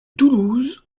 toulouse